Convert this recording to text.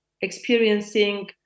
experiencing